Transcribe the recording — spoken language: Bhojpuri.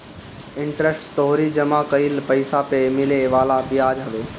इंटरेस्ट तोहरी जमा कईल पईसा पअ मिले वाला बियाज हवे